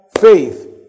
faith